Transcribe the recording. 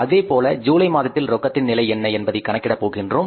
அதேபோல ஜூலை மாதத்தில் ரொக்ககத்தின் நிலை என்ன என்பதை கணக்கிட போகின்றோம்